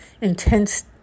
intense